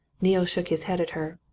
neale shook his head at her.